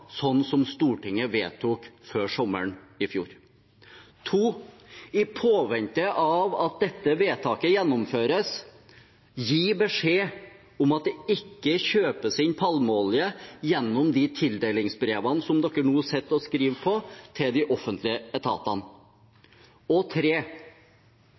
Stortinget vedtok før sommeren i fjor. I påvente av at dette vedtaket gjennomføres: Gi beskjed om at det ikke kjøpes inn palmeolje gjennom de tildelingsbrevene som man nå sitter og skriver til de offentlige etatene.